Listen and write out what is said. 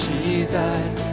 Jesus